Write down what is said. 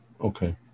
okay